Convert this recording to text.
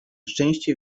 szczęście